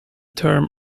term